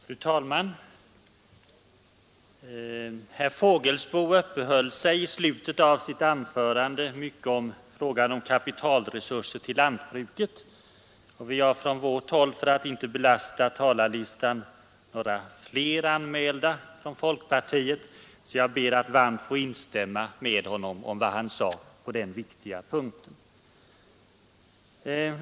Fru talman! Herr Fågelsbo uppehöll sig i slutet av sitt anförande vid frågan om kapitalresurser till lantbruket. Vi har från folkpartiets håll, för att inte belasta talarlistan, inte anmält några fler debattdeltagare, och jag ber därför att nu varmt få instämma i vad herr Fågelsbo sade på denna viktiga punkt.